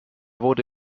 wurde